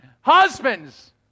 Husbands